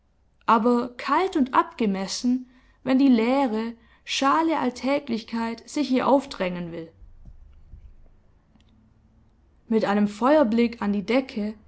aber kalt und abgemessen wenn die leere schale alltäglichkeit sich ihr aufdrängen will mit einem feuerblick an die decke